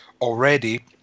already